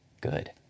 good